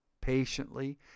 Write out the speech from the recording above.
patiently